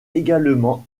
également